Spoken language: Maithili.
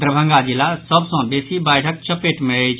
दरभंगा जिला सभ सॅ बेसी बाढ़िक चपेट मे अछि